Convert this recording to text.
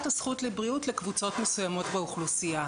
הזכות לבריאות לקבוצות מסוימות באוכלוסייה?